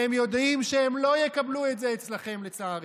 והם יודעים שהם לא יקבלו את זה אצלכם, לצערי.